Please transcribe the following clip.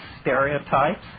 stereotypes